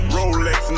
Rolex